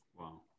Wow